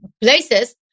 places